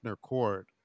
Court